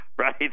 Right